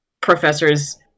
professors